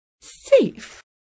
safe